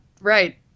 right